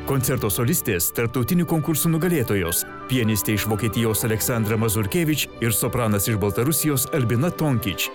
koncertuos solistės tarptautinių konkursų nugalėtojos pianistė iš vokietijos aleksandra mazurkevič ir sopranas iš baltarusijos albina tonkič